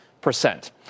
percent